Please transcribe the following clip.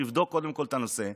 שיבדוק קודם כול את הנושא,